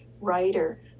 writer